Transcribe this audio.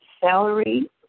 celery